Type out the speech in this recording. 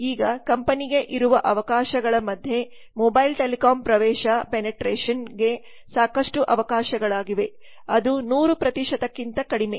ಈಗ ಕಂಪನಿಗೆ ಇರುವ ಅವಕಾಶಗಳುಮಧ್ಯ ಮೊಬೈಲ್ ಟೆಲಿಕಾಂ ಪ್ರವೇಶ ಪೆನೇಟ್ರೇಷನ್ಗೆ ಸಾಕಷ್ಟು ಅವಕಾಶಗಳಾಗಿವೆಅದು 100 ಕ್ಕಿಂತ ಕಡಿಮೆ